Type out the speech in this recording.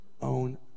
own